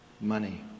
Money